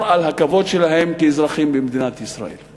על הכבוד שלהם כאזרחים במדינת ישראל.